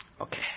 Okay